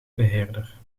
beheerder